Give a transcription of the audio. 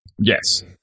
Yes